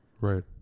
Right